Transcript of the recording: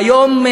היום,